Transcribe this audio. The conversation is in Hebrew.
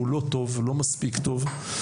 הוא לא מספיק טוב.